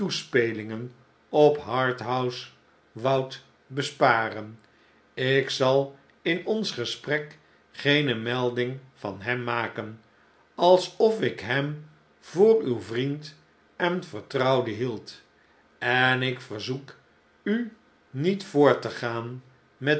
op harthouse woudt besparen ik zal in ons gesprek geene melding van hem maken alsof ik hem voor uw vriend en vertrouwde hield en ik verzoek u niet voort te gaan met